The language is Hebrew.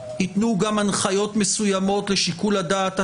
יתנו גם הנחיות מסוימות לשיקול הדעת השיפוטי,